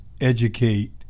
educate